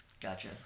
Gotcha